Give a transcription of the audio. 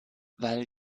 weil